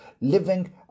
living